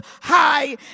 high